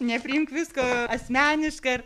nepriimk visko asmeniškai ar